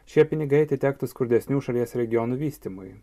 šie pinigai atitektų skurdesnių šalies regionų vystymui